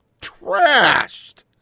trashed